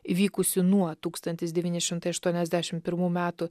įvykusių nuo tūkstantis devyni šimtai aštuoniasdešim pirmų metų